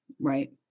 right